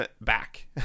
back